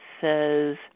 says